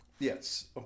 Yes